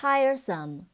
Tiresome